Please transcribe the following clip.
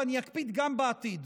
ואני אקפיד גם בעתיד,